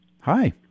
Hi